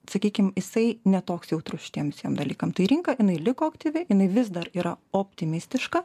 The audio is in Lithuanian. sakykim jisai ne toks jautrus šitiem visiem dalykam tai rinka jinai liko aktyvi ir vis dar yra optimistiška